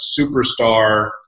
superstar